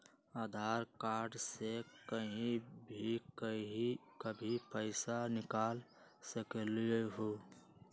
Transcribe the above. आधार card से कहीं भी कभी पईसा निकाल सकलहु ह?